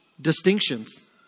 Distinctions